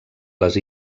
les